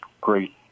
great